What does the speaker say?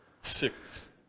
six